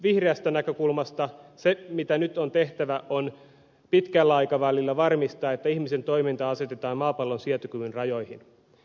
vihreästä näkökulmasta se mitä nyt on tehtävä on pitkällä aikavälillä varmistaa että ihmisen toiminta asetetaan maapallon sietokyvyn rajoihin